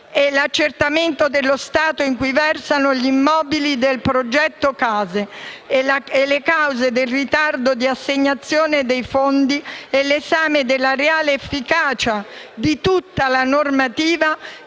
e l'accertamento dello stato in cui versano oggi gli immobili del progetto CASE, le cause del ritardo dell'assegnazione dei fondi e l'esame della reale efficacia di tutta la normativa